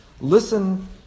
Listen